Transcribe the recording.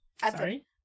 Sorry